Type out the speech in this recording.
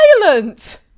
violent